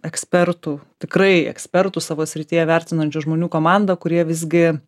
ekspertų tikrai ekspertų savo srityje vertinančių žmonių komanda kurie visgi